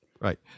right